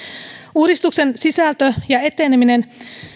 uudistuksen sisältö ja eteneminen